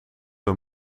een